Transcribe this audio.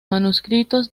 manuscritos